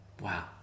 Wow